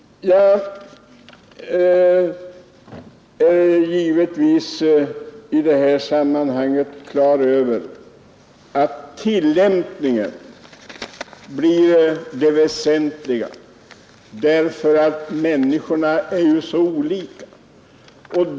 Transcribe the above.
Jag är givetvis på det klara med att tillämpningen av lagen blir det väsentliga ty människorna är så olika.